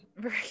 right